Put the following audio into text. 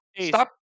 Stop